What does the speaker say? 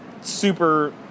super